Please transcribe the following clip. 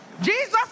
Jesus